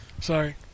Sorry